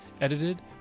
edited